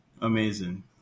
amazing